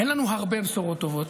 אין לנו הרבה בשורות טובות,